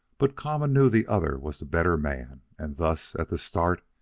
but kama knew the other was the better man, and thus, at the start,